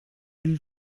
или